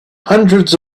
hundreds